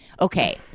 okay